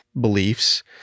beliefs